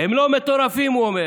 הם לא מטורפים, הוא אומר,